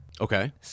Okay